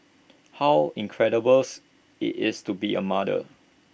how incredibles IT is to be A mother